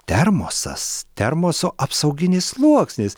termosas termoso apsauginis sluoksnis